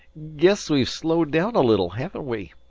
guess we've slowed down a little, haven't we?